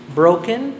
broken